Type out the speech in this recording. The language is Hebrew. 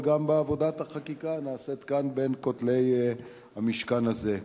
גם בעבודת החקיקה הנעשית כאן בין כותלי המשכן הזה.